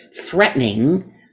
threatening